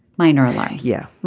minor alarm yeah.